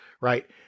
right